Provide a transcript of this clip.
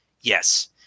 Yes